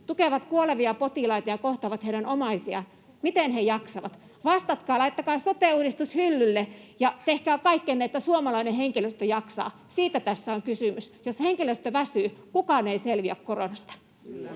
tukevat kuolevia potilaita ja kohtaavat heidän omaisiaan? Miten he jaksavat? Vastatkaa, laittakaa sote-uudistus hyllylle ja tehkää kaikkenne, että suomalainen henkilöstö jaksaa. Siitä tässä on kysymys. Jos henkilöstö väsyy, kukaan ei selviä koronasta.